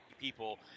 people